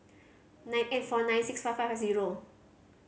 nine eight four nine six five five zero